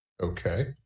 Okay